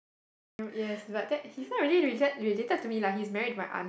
I am yes but that he's not really related related to me lah he's married to my aunt